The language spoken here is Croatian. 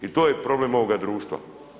I to je problem ovoga društva.